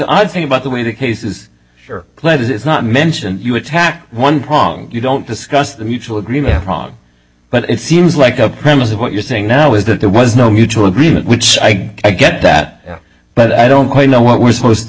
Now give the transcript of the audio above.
thing about the way the cases are played is it's not mentioned you attack one prong you don't discuss the mutual agreement wrong but it seems like the premise of what you're saying now is that there was no mutual agreement which i get that but i don't know what we're supposed to